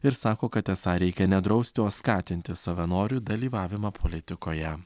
ir sako kad esą reikia ne drausti o skatinti savanorių dalyvavimą politikoje